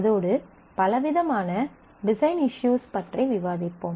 அதோடு பலவிதமான design issues பற்றி விவாதிப்போம்